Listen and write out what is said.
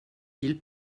ils